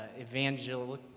evangelical